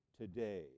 today